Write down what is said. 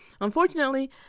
Unfortunately